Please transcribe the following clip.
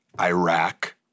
Iraq